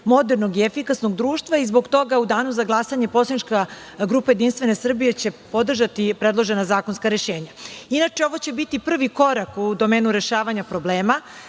modernog i efikasnog društva. Zbog toga u danu za glasanje poslanička grupa JS će podržati predložena zakonska rešenja. Inače, ovo će biti prvi korak u domenu rešavanja problema.